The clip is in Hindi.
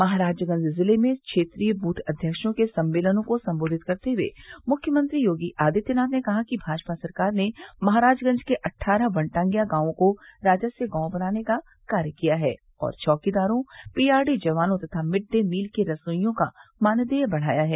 महराजगंज जिले में क्षेत्रीय द्थ अध्यक्षों के सम्मेलनों को संबोधित करते हुए मुख्यमंत्री योगी आदित्यनाथ ने कहा कि भाजपा सरकार ने महराजगंज के अट्ठारह वनटांगिया गांवों को राजस्व गांव बनाने का कार्य किया है और चौकीदारों पीआरडी जवानों तथा मिड डे मील के रसोईयों का मानदेय बढ़ाया है